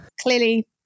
clearly